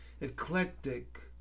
eclectic